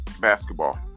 basketball